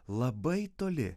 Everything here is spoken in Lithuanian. labai toli